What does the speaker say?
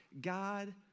God